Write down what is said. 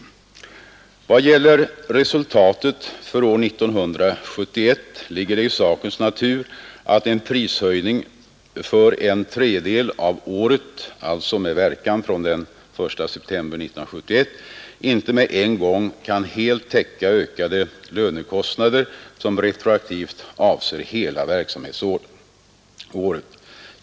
I vad gäller resultatet för år 1971 ligger det i sakens natur att en prishöjning för en tredjedel av året — alltså med verkan från den 1 september 1971 — inte med en gång kan helt täcka ökade lönekostnader som retroaktivt avser hela verksamhetsåret.